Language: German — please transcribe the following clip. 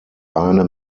eine